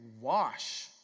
wash